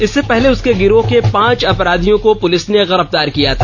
इससे पहले उसके गिरोह के पांच अपराधियों को प्रलिस ने गिरफ्तार किया था